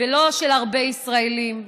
ולא של הרבה ישראלים.